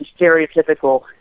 stereotypical